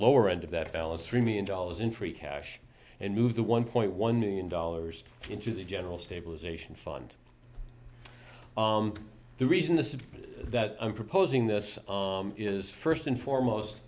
lower end of that balance three million dollars in free cash and move the one point one million dollars into the general stabilization fund the reason this is that i'm proposing this is first and foremost